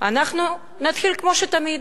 אנחנו נתחיל, כמו תמיד,